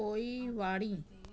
पोइवारी